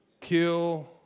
kill